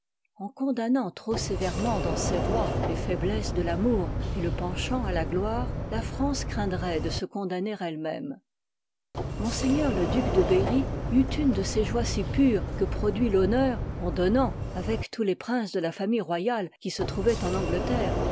en condamnant trop sévèrement dans ses rois les foiblesses de l'amour et le penchant à la gloire la france craindroit de se condamner ellemême ms le duc de berry eut une de ces joies si pures que produit l'honneur en donnant avec tous les princes de la famille royale qui se trouvoient en angleterre